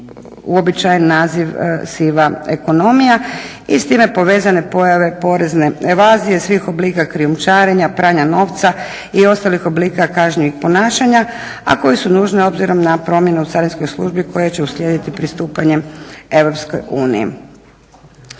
uobičajen naziv siva ekonomija i s time povezane pojave porezne evazije, svih oblika krijumčarenja, pranja novca i ostalih oblika kažnjivih ponašanja a koje su nužne obzirom na promjenu u carinskoj službi koja će uslijediti pristupanjem EU.